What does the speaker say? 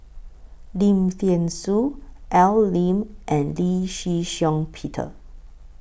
Lim Thean Soo Al Lim and Lee Shih Shiong Peter